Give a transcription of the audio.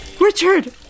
Richard